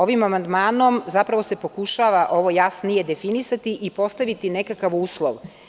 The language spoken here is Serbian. Ovim amandmanom zapravo se pokušava ovo jasnije definisati i postaviti nekakav uslov.